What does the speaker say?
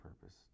purpose